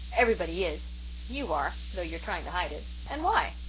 everybody is you are, though you're trying to hide it. and why?